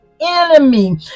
Enemy